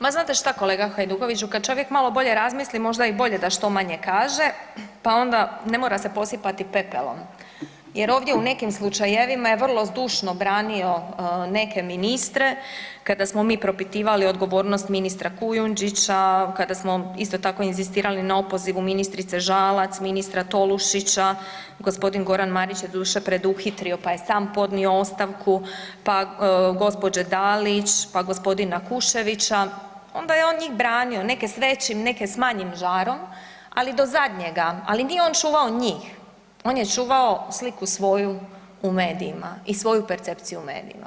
Ma znate šta kolega Hajdukoviću, kad čovjek malo bolje razmisli možda je i bolje da što manje kaže, pa onda ne mora se posipati pepelom jer ovdje u nekim slučajevima je vrlo zdušno branio neke ministre kada smo mi propitivali odgovornost ministra Kujundžića, kada smo isto tako inzistirali na opozivu ministrice Žalac, ministra Tolušića, g. Goran Marić je doduše preduhitrio, pa je sam podnio ostavku, pa gđe. Dalić, pa g. Kuščevića, onda je on njih branio, neke s većim, neke s manjim žarom, ali do zadnjega, ali nije on čuvao njih, on je čuvao sliku svoju u medijima i svoju percepciju u medijima.